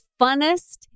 funnest